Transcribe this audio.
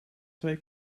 twee